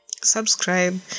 Subscribe